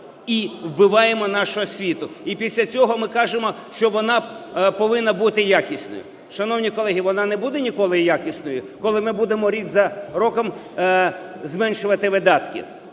і вбиваємо нашу освіту. І після цього ми кажемо, що вона повинна бути якісною. Шановні колеги, вона не буде ніколи якісною, коли ми будемо рік за роком зменшувати видатки.